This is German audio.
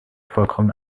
vollkommen